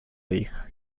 hija